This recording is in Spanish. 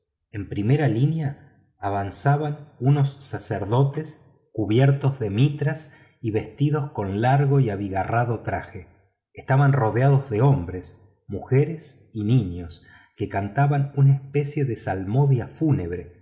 en primera línea avanzaban unos sacerdotes cubiertos de mitras y vestidos con largo y abigarrado traje estaban rodeados de hombres mujeres y niños que cantaban una especie de salmodia fúnebre